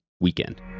weekend